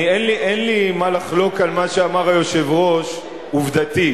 אין לי מה לחלוק על מה שאמר היושב-ראש עובדתית.